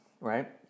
right